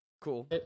Cool